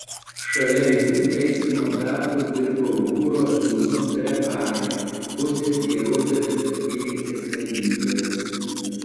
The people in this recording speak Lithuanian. šalia jų taisymo darbus dirbo hūro sūnus refaja pusės jeruzalės apylinkės valdytojas